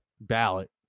ballot